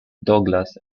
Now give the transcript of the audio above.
douglas